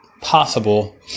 possible